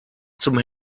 zum